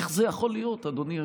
איך זה יכול להיות, אדוני היושב-ראש?